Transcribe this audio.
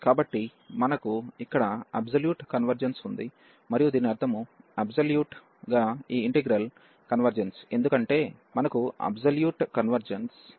కాబట్టి మనకు ఇక్కడ అబ్సొల్యూట్ కన్వెర్జెన్స్ ఉంది మరియు దీని అర్థం అబ్సొల్యూట్గా ఈ ఇంటిగ్రల్ కన్వెర్జెన్స్ ఎందుకంటే మనకు అబ్సొల్యూట్ కన్వెర్జెన్స్ ఉంది